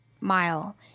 mile